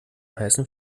heißen